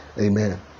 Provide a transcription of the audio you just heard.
Amen